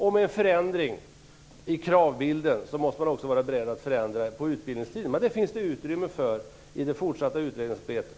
Med en förändring i kravbilden måste man vara beredd att förändra utbildningstiden, men det finns utrymme för det i det fortsatta utredningsarbetet.